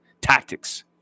tactics